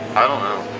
i don't know